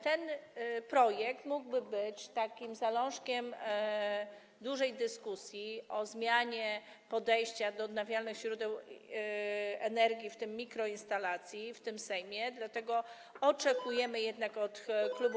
Ten projekt mógłby być zalążkiem dużej dyskusji o zmianie podejścia do odnawialnych źródeł energii, w tym mikroinstalacji, w tym Sejmie, dlatego oczekujemy jednak od klubu